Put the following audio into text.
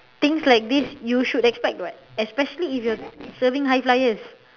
things like this you should expect what especially if you're serving high flyers